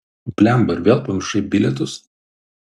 blemba ir vėl pamiršai bilietus